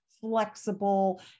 flexible